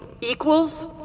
equals